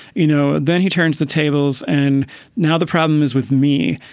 you know, then he turns the tables and now the problem is with me.